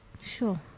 Sure